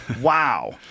Wow